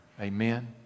Amen